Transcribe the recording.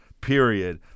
Period